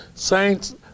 Saints